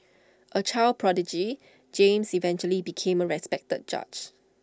A child prodigy James eventually became A respected judge